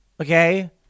Okay